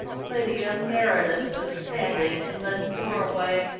lydia meredith was standing in the doorway.